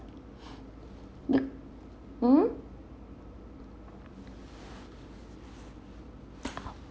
mm